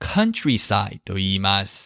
Countrysideと言います